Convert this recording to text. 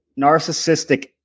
narcissistic